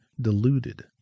deluded